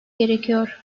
gerekiyor